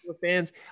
fans